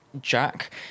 Jack